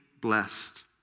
blessed